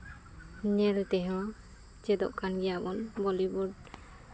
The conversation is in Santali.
ᱧᱮᱞ ᱛᱮᱦᱚᱸ ᱪᱮᱫᱚᱜ ᱠᱟᱱ ᱜᱮᱭᱟᱵᱚᱱ ᱵᱚᱞᱤᱭᱩᱰ